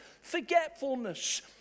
forgetfulness